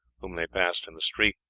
whom they passed in the street,